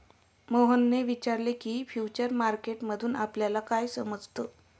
मोहनने विचारले की, फ्युचर मार्केट मधून आपल्याला काय समजतं?